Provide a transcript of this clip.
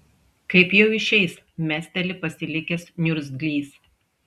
kaip jau išeis mesteli pasilikęs niurgzlys